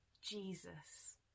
Jesus